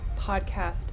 podcast